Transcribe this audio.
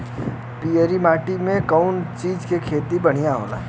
पियरकी माटी मे कउना चीज़ के खेती बढ़ियां होई?